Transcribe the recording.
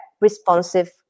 responsive